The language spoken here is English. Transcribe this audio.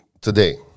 today